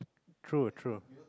true true